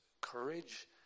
courage